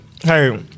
hey